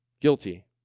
guilty